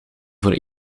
voor